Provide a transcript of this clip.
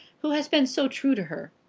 who has been so true to her